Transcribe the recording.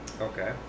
Okay